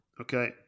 Okay